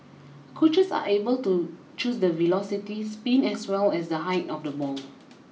coaches are able to choose the velocity spin as well as the height of the ball